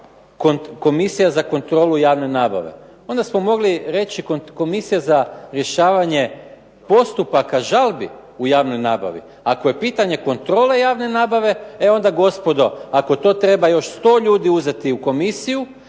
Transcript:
Komisija za kontrolu javne nabave? Onda smo mogli reći komisija za rješavanja postupaka žalbi u javnoj nabavi. Ako je pitanje kontrole javne nabave e onda gospodo, ako to treba još sto ljudi uzeti u komisiju